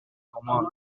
commande